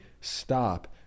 stop